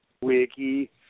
Wiki